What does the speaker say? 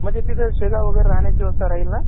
म्हणजे तिथं शेगाव वगैरे राहण्याची व्यवस्था राहील ना